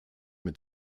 mit